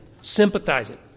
sympathizing